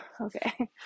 Okay